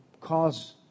cause